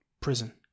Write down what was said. prison